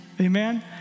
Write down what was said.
Amen